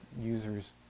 users